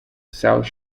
south